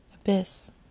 abyss